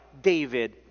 David